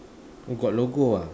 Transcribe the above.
oh got logo ah